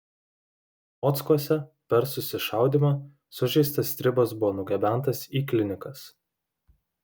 mockuose per susišaudymą sužeistas stribas buvo nugabentas į klinikas